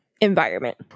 environment